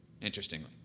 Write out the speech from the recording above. interestingly